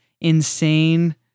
insane